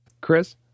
Chris